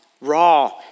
raw